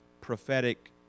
prophetic